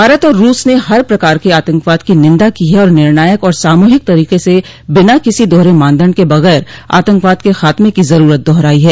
भारत और रूस ने हर प्रकार के आतंकवाद की निंदा की है और निर्णायक और सामूहिक तरीके से बिना किसी दोहरे मानदंड के बगैर आतंकवाद के खात्मे की जरूरत दोहराई है